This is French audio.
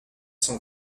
cent